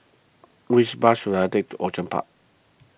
which bus should I take to Outram Park